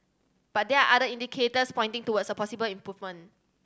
but they are other indicators pointing towards a possible improvement